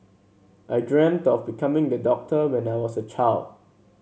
I dreamt of becoming the doctor when I was a child